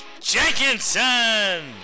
Jenkinson